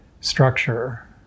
structure